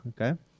okay